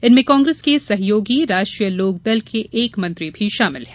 इनमें कांग्रेस के सहयोगी राष्ट्रीय लोकदल के एक मंत्री भी शामिल हैं